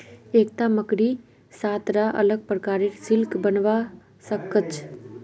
एकता मकड़ी सात रा अलग प्रकारेर सिल्क बनव्वा स ख छ